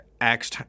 Acts